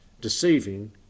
Deceiving